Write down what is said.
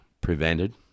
Prevented